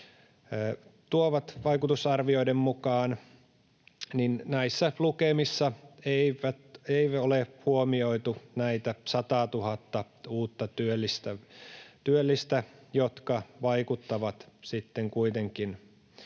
tuovat vaikutusarvioiden mukaan. Näissä lukemissa ei ole huomioitu näitä 100 000:tta uutta työllistä, jotka vaikuttavat kuitenkin